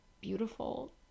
Beautiful